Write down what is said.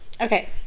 Okay